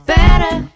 Better